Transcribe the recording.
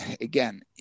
again